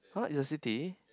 !huh! is a city